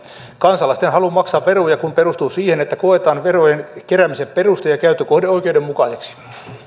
kansalaisten halu maksaa veroja kun perustuu siihen että koetaan verojen keräämisen peruste ja käyttökohde oikeudenmukaisiksi